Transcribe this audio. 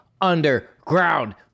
underground